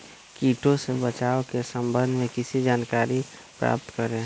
किटो से बचाव के सम्वन्ध में किसी जानकारी प्राप्त करें?